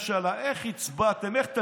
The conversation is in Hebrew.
מה אמרתם על הממשלה החלופית ועל זכות היוצרים,